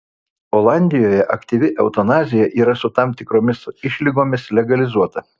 olandijoje aktyvi eutanazija yra su tam tikromis išlygomis legalizuota